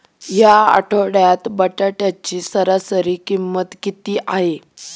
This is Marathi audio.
या आठवड्यात बटाट्याची सरासरी किंमत किती आहे?